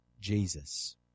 Jesus